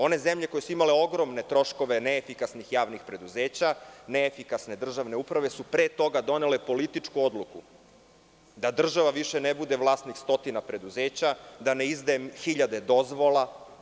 One zemlje koje su imale ogromne troškove neefikasnih javnih preduzeća, neefikasne državne uprave su pre toga donele političku odluku da država više ne gude vlasnik stotina preduzeća, da ne izdaje hiljade dozvola.